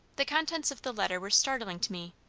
the contents of the letter were startling to me.